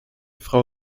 frau